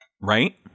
Right